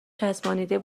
چسبانیده